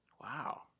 Wow